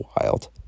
wild